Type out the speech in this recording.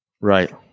right